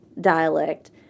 dialect